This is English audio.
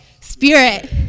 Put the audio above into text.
spirit